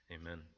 Amen